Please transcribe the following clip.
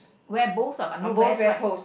where both are but no vests right